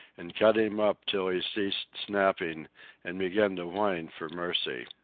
and cut him up till he ceased snapping and began to whine for mercy.